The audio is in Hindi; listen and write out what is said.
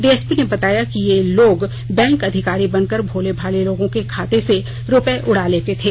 डीएसपी ने बताया कि ये लोग बैंक अधिकारी बनकर भोले भाले लोगों के खाता से रुपये उड़ा लेते थे